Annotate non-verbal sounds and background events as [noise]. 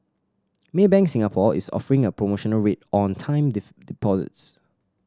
Maybank Singapore is offering a promotional rate on time [unintelligible] deposits